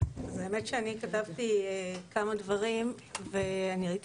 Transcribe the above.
האמת שאני כתבתי כמה דברים ואני הייתי